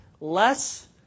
less